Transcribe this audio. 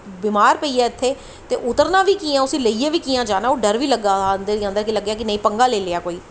बमार पेइयै इत्थै ते उतरना बी कि'यां उत्थै उस्सी लेइयै बी कि'यां जाना ओह् डर बी लग्गा दा हा अंदे जंदे लग्गेआ कि पंग्गा लेई लेआ कोई